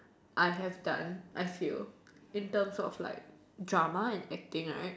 I have done I feel in terms of like drama and acting right